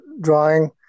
drawing